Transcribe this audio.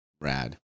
Rad